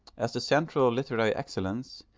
as the central literary excellence,